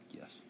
Yes